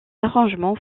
arrangements